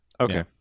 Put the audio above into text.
Okay